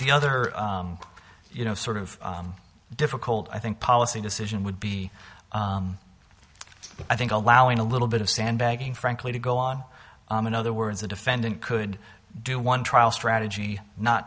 the other you know sort of difficult i think policy decision would be i think allowing a little bit of sandbagging frankly to go on in other words the defendant could do one trial strategy not